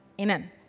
Amen